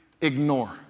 ignore